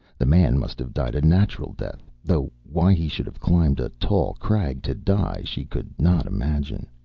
the man must have died a natural death though why he should have climbed a tall crag to die she could not imagine.